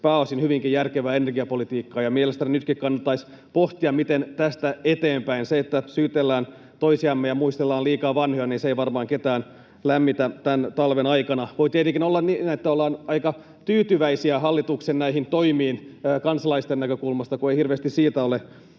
pääosin hyvinkin järkevää energiapolitiikkaa, ja mielestäni nytkin kannattaisi pohtia, miten tästä eteenpäin. Se, että syytellään toisiamme ja muistellaan liikaa vanhoja, ei varmaan ketään lämmitä tämän talven aikana. Voi tietenkin olla niin, että ollaan aika tyytyväisiä hallituksen toimiin kansalaisten näkökulmasta, kun ei hirveästi siitä ole